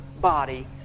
body